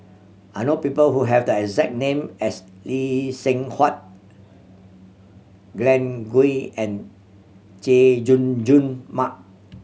I know people who have the exact name as Lee Seng Huat Glen Goei and Chay Jung Jun Mark